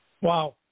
Wow